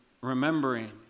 remembering